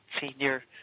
senior